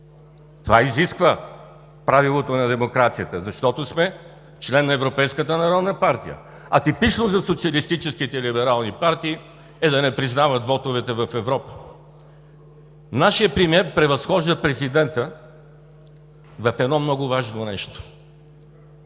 Това изисква правилото на демокрацията, защото сме член на Европейската народна партия, а типично за социалистическите либерални партии е да не признават вотовете в Европа. Нашият премиер превъзхожда президента в едно много важно нещо